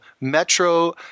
Metro